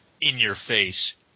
in-your-face